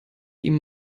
ihm